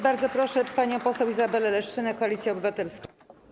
Bardzo proszę panią poseł Izabelę Leszczynę, Koalicja Obywatelska.